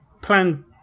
Plan